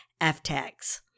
FTAGs